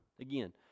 Again